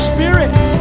Spirit